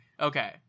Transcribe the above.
Okay